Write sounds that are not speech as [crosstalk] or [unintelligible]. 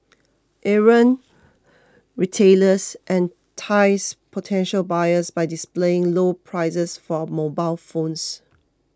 errant retailers [unintelligible]